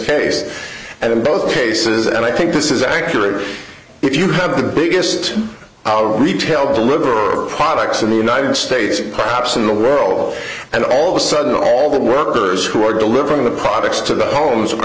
case and in both cases and i think this is accurate if you have the biggest our retail deliver products in the united states perhaps in the world and all of a sudden all the workers who are delivering the products to the homes